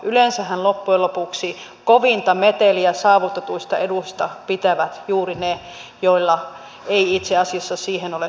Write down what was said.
yleensähän loppujen lopuksi kovinta meteliä saavutetuista eduista pitävät juuri ne joilla ei itse asiassa siihen ole tarvetta